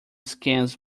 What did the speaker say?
scams